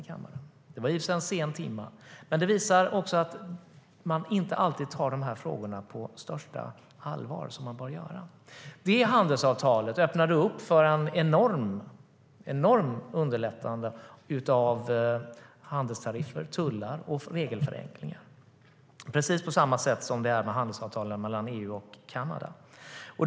Det var i och för sig en sen timme, men det visar att man inte alltid tar dessa frågorna på största allvar, så som man bör göra. Det handelsavtalet öppnade upp för ett enormt underlättande av handelstariffer, tullar och regelförenklingar, precis på samma sätt som handelsavtalet mellan EU och Kanada.